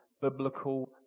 biblical